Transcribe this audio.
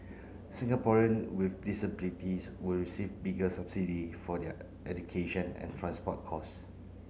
Singaporean with disabilities will receive bigger subsidy for their education and transport costs